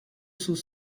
sous